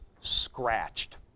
scratched